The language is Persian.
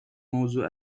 موضوع